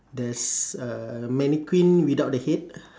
there's uh mannequin without the head